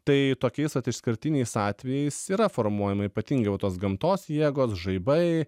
tai tokiais vat išskirtiniais atvejais yra formuojama ypatingai va tos gamtos jėgos žaibai